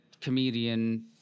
comedian